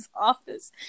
office